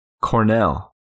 Cornell